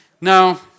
Now